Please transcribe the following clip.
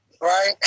right